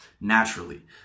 naturally